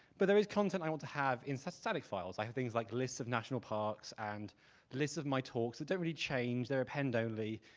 but there is content i want to have in so static files. i have things like lists of national parks, and lists of my talks that don't really change. they're append only.